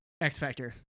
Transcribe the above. X-Factor